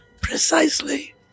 precisely